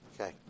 Okay